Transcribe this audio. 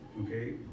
Okay